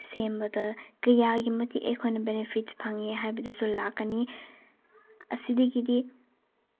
ꯁꯦꯝꯕꯗ ꯀꯌꯥꯒꯤ ꯃꯇꯤꯛ ꯑꯩꯈꯣꯏꯅ ꯕꯦꯅꯤꯐꯤꯠꯁ ꯍꯥꯏꯕꯗꯨꯁꯨ ꯂꯥꯛꯀꯅꯤ ꯑꯁꯤꯗꯒꯤꯗꯤ